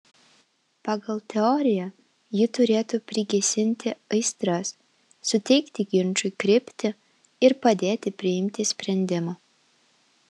pagal teoriją ji turėtų prigesinti aistras suteikti ginčui kryptį ir padėti priimti sprendimą